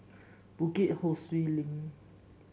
Bukit Ho Swee Link